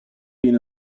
been